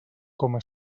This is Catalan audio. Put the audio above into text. coma